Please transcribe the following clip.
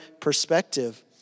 perspective